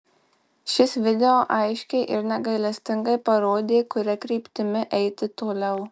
šis video aiškiai ir negailestingai parodė kuria kryptimi eiti toliau